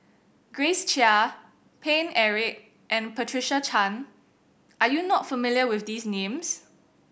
Grace Chia Paine Eric and Patricia Chan are you not familiar with these names